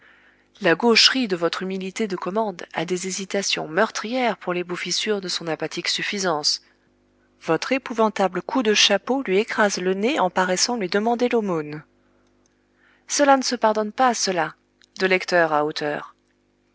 la gaucherie de votre humilité de commande a des hésitations meurtrières pour les bouffissures de son apathique suffisance votre épouvantable coup de chapeau lui écrase le nez en paraissant lui demander l'aumône cela ne se pardonne pas cela de lecteur à auteur